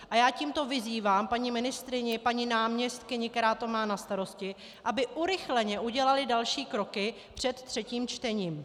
A já tímto vyzývám paní ministryni a paní náměstkyni, která to má na starosti, aby urychleně udělaly další kroky před třetím čtením.